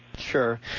Sure